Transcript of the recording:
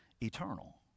eternal